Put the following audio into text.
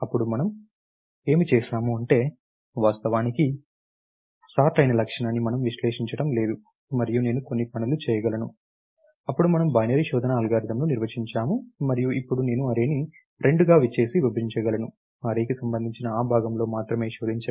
అప్పుడు మనము ఏమి చేసాము అంటే వాస్తవానికి సార్ట్ అయిన లక్షణాన్ని మనము విశ్లేషించడం లేదు మరియు నేను కొన్ని పనులు చేయగలను అప్పుడు మనము బైనరీ శోధన అల్గోరిథంను నిర్వచించాము మరియు ఇప్పుడు నేను అర్రేని రెండుగా చేసి విభజించగలను అర్రేకి సంబంధించిన ఆ భాగంలో మాత్రమే శోధించండి